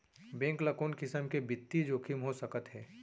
Bank ल कोन किसम के बित्तीय जोखिम हो सकत हे?